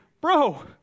bro